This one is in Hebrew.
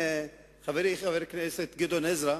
חברי חבר הכנסת גדעון עזרא,